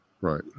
Right